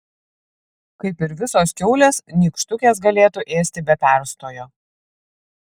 kaip ir visos kiaulės nykštukės galėtų ėsti be perstojo